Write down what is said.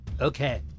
Okay